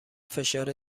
فشار